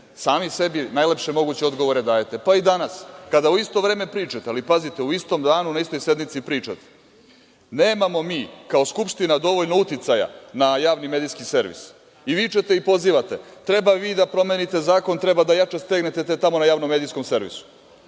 sami sebi najlepše moguće odgovore dajete. Pa i danas, kada u isto vreme pričate, ali pazite, u istom danu, na istoj sednici pričate, nemamo mi kao Skupština dovoljno uticaja na Javni medijski servis i vičete i pozivate – treba vi da promenite zakon, treba da jače stegnete tamo na Javnom medijskom servisu,